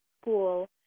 school